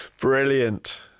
Brilliant